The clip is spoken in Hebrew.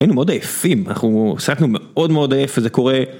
היינו מאוד עייפים, אנחנו שיחקנו מאוד מאוד עייף, וזה קורה...